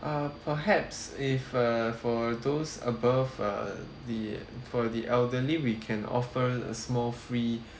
uh perhaps if uh for those above uh the for the elderly we can offer a small free